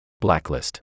blacklist